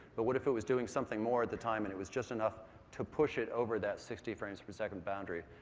but what if it was doing something more at the time and it was just enough to push it over those sixty frames per second boundary?